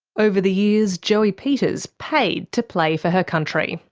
over the years, joey peters paid to play for her country.